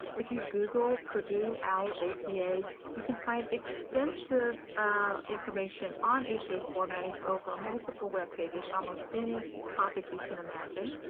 if you google purdue owl apa you can find extensive ah information on apa formatting over multiple web pages, almost any topic you can imagine.